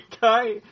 guy